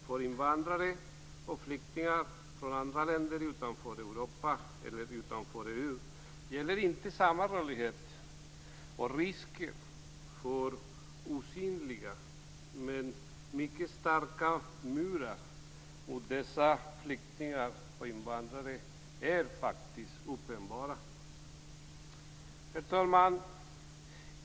För invandrare och flyktingar från länder utanför EU gäller inte samma rörlighet. Riskerna för osynliga men mycket starka murar mot dessa flyktingar och invandrare är faktiskt uppenbara. Herr talman!